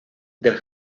del